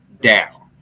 down